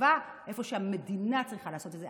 איבה במקום שהמדינה צריכה לעשות את זה.